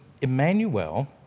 Emmanuel